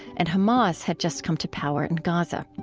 and hamas had just come to power in gaza.